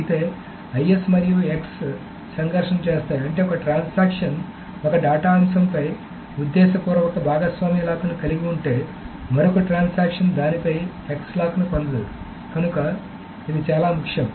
అయితే IS మరియు X సంఘర్షణ చేస్తాయి అంటే ఒక ట్రాన్సాక్షన్ ఒక డేటా అంశంపై ఉద్దేశపూర్వక భాగస్వామ్య లాక్ను కలిగి ఉంటే మరొక ట్రాన్సాక్షన్ దానిపై X లాక్ను పొందదు కనుక ఇది చాలా ముఖ్యం